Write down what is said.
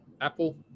Apple